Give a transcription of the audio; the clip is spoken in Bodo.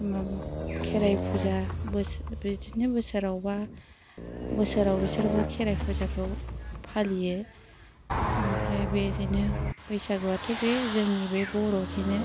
माबा खेराय फुजा बिदिनो बोसोरावबा बोसोराव बिसोरबो खेराय फुजाखौ फालियो ओमफ्राय बिदिनो बैसागुआथ' बे जोंनि बे बर'निनो